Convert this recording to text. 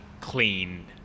clean